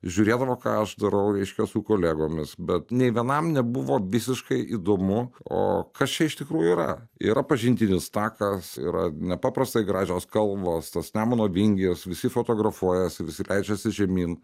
žiūrėdavo ką aš darau reiškia su kolegomis bet nei vienam nebuvo visiškai įdomu o kas čia iš tikrųjų yra yra pažintinis takas yra nepaprastai gražios kalvos tos nemuno vingi prie jos visi fotografuojasi visi leidžiasi žemyn